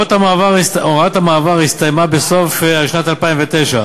הוראת המעבר הסתיימה בסוף שנת 2009,